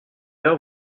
heure